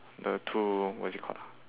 the two what's it called ah